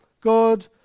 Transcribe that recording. God